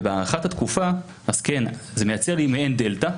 הארכת התקופה מייצרת לי מעין דלתא.